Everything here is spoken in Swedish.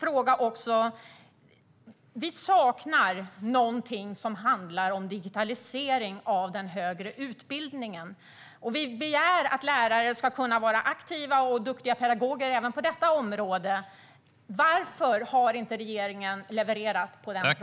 Som lärare vill jag ställa en fråga om digitalisering av den högre utbildningen, vilket är något vi saknar. Staten begär att lärarna ska vara aktiva och duktiga pedagoger även på detta område. Varför har regeringen inte levererat här?